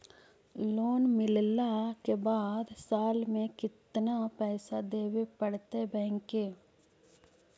Loan मिलला के बाद साल में केतना पैसा देबे पड़तै बैक के?